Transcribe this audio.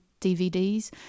DVDs